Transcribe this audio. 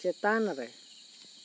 ᱪᱮᱛᱟᱱ ᱨᱮ